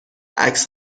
عکس